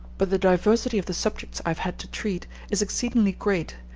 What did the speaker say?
but the diversity of the subjects i have had to treat is exceedingly great,